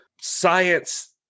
science